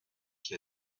qui